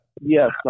Yes